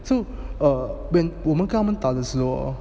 so err when 我们跟他们打的时候 hor